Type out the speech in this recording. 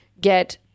get